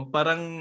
Parang